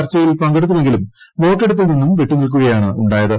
ചർച്ചയിൽ പങ്കെടുത്തുവെങ്കിലും വോട്ടെടുപ്പിൽ നിന്ന് വിട്ടു നിൽക്കുകയാണ് ഉായത്